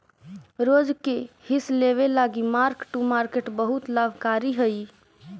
रोज के हिस लेबे लागी मार्क टू मार्केट बहुत लाभकारी हई